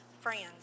friends